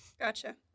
Gotcha